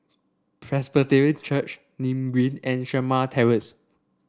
Presbyterian Church Nim Green and Shamah Terrace